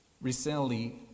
Recently